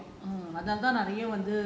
ஆமா அதுதான் முக்கியம்:aama athuthaan mukkiyam